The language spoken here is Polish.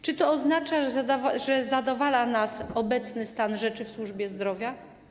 Czy to oznacza, że zadowala nas obecny stan rzeczy w służbie zdrowia?